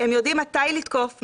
הם יודעים מתי לתקוף,